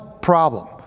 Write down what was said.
problem